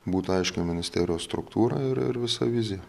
būtų aiški ministerijos struktūrą ir ir visa vizija